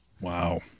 Wow